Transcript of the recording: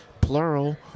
plural